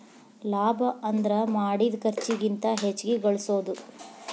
ಲಾಭ ಅಂದ್ರ ಮಾಡಿದ್ ಖರ್ಚಿಗಿಂತ ಹೆಚ್ಚಿಗಿ ಗಳಸೋದು